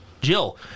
Jill